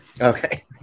Okay